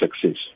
success